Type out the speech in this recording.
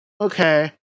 Okay